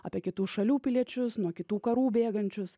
apie kitų šalių piliečius nuo kitų karų bėgančius